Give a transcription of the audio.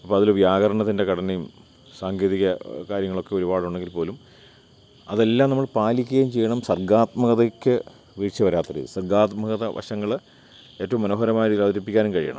അപ്പോള് അതില് വ്യാകരണത്തിൻ്റെ ഘടനയും സാങ്കേതിക കാര്യങ്ങളൊക്കെ ഒരുപാടുണ്ടെങ്കിൽ പോലും അതെല്ലാം നമ്മൾ പാലിക്കുകയും ചെയ്യണം സർഗാത്മകതയ്ക്ക് വീഴ്ച വരാത്ത രീതി സർഗാത്മകത വശങ്ങള് ഏറ്റവും മനോഹരമായ രീതിയിലവതരിപ്പിക്കാനും കഴിയണം